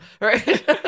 right